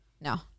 No